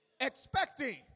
expecting